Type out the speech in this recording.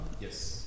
Yes